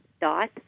dot